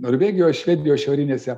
norvegijos švedijos šiaurinėse